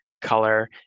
color